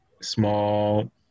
Small